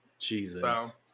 Jesus